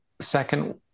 second